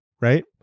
Right